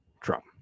Trump